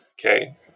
Okay